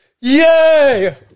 Yay